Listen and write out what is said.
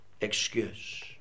excuse